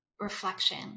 reflection